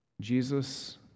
Jesus